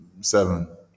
seven